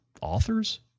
authors